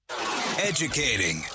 Educating